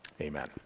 Amen